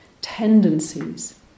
tendencies